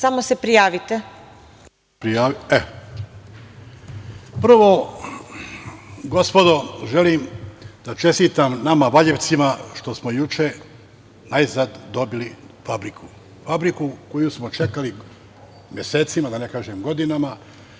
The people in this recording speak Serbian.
Jokić** Zahvaljujem. Prvo, gospodo, želim da čestitam nama Valjevcima što smo juče najzad dobili fabriku, fabriku koju smo čekali mesecima, da ne kažem godinama,